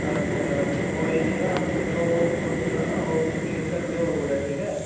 अच्छा ते कोई नेईं तां फेर तुस ना ओह् बुकिंग नि करी ओड़ेयो होर कुदै ठीक ऐ